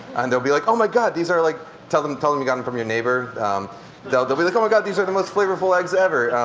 and they'll be like, oh my god these are like tell them tell them you got them and from your neighbor they'll they'll be like, oh my god these are the most flavorful eggs ever.